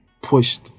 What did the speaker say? pushed